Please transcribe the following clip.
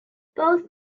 both